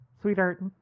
sweetheart